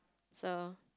so